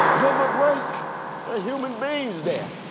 them a break. they're human beings there.